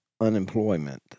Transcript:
unemployment